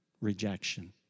rejection